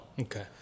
Okay